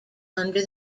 under